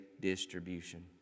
distribution